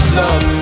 love